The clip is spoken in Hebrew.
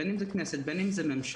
בין אם זה כנסת ובין אם זה ממשלה,